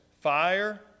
fire